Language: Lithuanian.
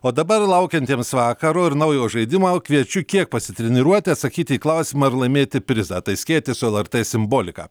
o dabar laukiantiems vakaro ir naujo žaidimo kviečiu kiek pasitreniruoti atsakyti į klausimą ir laimėti prizą tai skėtis su lrt simbolika